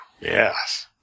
yes